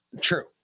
True